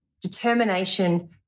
determination